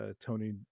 Tony